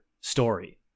story